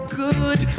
good